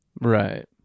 Right